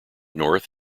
north